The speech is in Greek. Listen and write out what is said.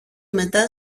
μετά